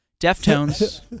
Deftones